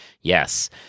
Yes